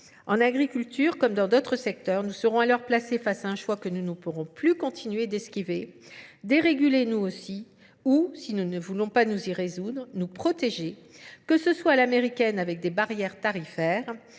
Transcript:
En agriculture, comme dans d'autres secteurs, nous serons alors placés face à un choix que nous ne pourrons plus continuer d'esquiver, déréguler nous aussi ou, si nous ne voulons pas nous y résoudre, nous protéger, que ce soit à l'américaine avec des barrières tarifaires